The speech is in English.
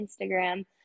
Instagram